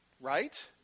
Right